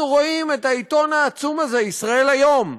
רואים את העיתון העצום הזה "ישראל היום",